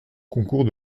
concours